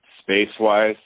space-wise